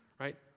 right